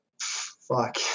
fuck